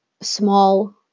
small